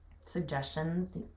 suggestions